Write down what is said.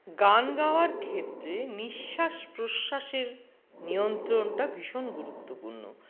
গান গাওয়ার ক্ষেত্রে নিঃশ্বাস প্রশ্বাসের নিয়ন্ত্রণটা ভীষণ গুরুত্বপূর্ণ